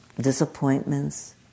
disappointments